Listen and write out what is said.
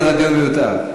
ואז הדיון מיותר.